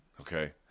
okay